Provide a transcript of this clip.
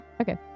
Okay